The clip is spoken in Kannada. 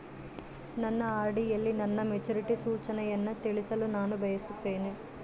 ನನ್ನ ಆರ್.ಡಿ ಯಲ್ಲಿ ನನ್ನ ಮೆಚುರಿಟಿ ಸೂಚನೆಯನ್ನು ತಿಳಿಯಲು ನಾನು ಬಯಸುತ್ತೇನೆ